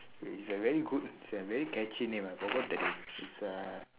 it's a very good it's a very catchy name I forgot the name it's uh